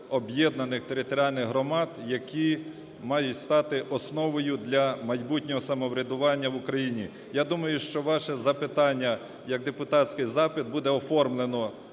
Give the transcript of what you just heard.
об'єднаних територіальних громад, які мають стати основою для майбутнього самоврядування в Україні. Я думаю, що ваше запитання як депутатський запит буде оформлено